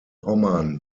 pommern